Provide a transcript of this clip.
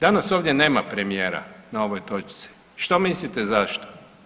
Danas ovdje nema premijer na ovoj točci, što mislite zašto.